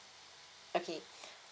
okay